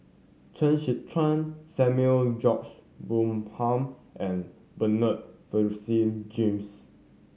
Chen Sucheng Samuel George Bonham and Bernard Francis James